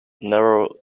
narrow